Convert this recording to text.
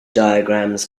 diagrams